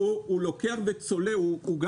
אבל הוא לוקח מזון וצולה אותו.